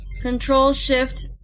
Control-Shift